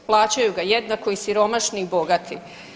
Plaćaju ga jednako i siromašni i bogati.